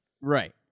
Right